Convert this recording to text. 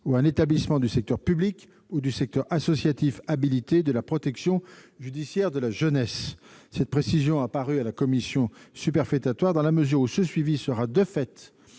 ou à un établissement du secteur public ou du secteur associatif habilité de la protection judiciaire de la jeunesse. Cette précision a paru à la commission superfétatoire dans la mesure où ce suivi sera de fait